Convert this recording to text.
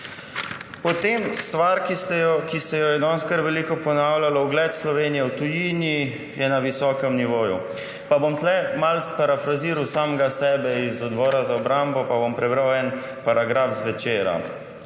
Potem stvar, ki se jo je danes kar veliko ponavljalo – ugled Slovenije v tujini je na visokem nivoju. Pa bom tu malo parafraziral samega sebe z Odbora za obrambo pa bom prebral en paragraf iz Večera,